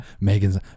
Megan's